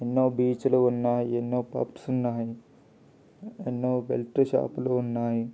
ఎన్నో బీచ్లు ఉన్నాయి ఎన్నో పబ్స్ ఉన్నాయి ఎన్నో బెల్ట్ షాపులు ఉన్నాయి